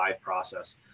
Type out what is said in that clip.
process